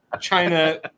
China